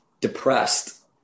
depressed